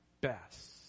best